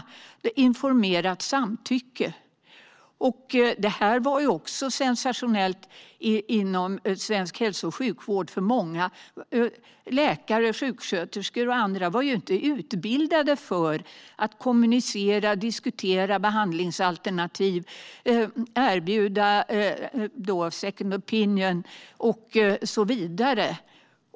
Det skulle vara informerat samtycke. Detta var också sensationellt inom svensk hälso och sjukvård. Många läkare, sjuksköterskor och andra var nämligen inte utbildade i att kommunicera, diskutera behandlingsalternativ, erbjuda second opinion och så vidare.